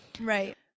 right